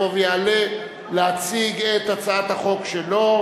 שיבוא ויעלה להציג את הצעת החוק שלו,